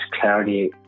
clarity